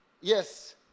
Yes